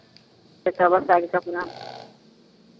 एकटा बच्चाके कपड़ा